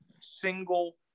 single